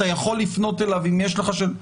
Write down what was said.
אפשר לפנות אליו אם יש שאלות.